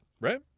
Right